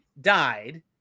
died